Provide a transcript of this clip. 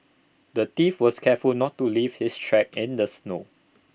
the thief was careful not to leave his tracks in the snow